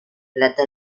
plata